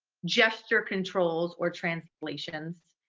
gesture controls or translations,